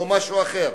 או משהו אחר.